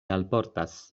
alportas